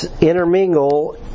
intermingle